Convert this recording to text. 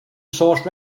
source